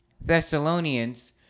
Thessalonians